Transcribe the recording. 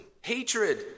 hatred